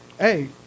Hey